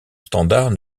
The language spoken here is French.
standard